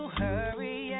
hurry